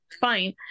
fine